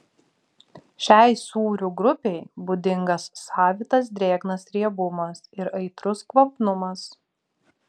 šiai sūrių grupei būdingas savitas drėgnas riebumas ir aitrus kvapnumas